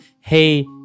Hey